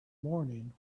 morning